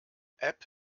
app